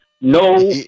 no